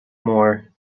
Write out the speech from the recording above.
more